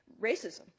racism